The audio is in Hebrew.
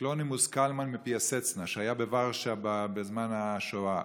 קלונימוס קלמן מפיאסצנה, שהיה בוורשה בזמן השואה,